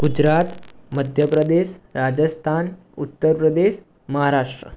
Gujarat Madhya Pradesh Rajasthan Uttar Pradesh Maharashtra